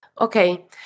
Okay